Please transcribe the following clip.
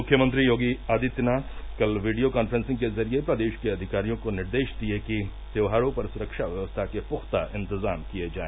मुख्यमंत्री योगी आदित्यनाथ कल video conferencing के जरिये प्रदेश के अधिकारियों को निर्देश दिये कि त्यौहारों पर सुरक्षा व्यवस्था के पुख्ता इंतजाम किये जाए